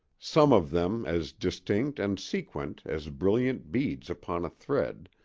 some of them as distinct and sequent as brilliant beads upon a thread,